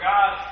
God